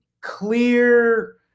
clear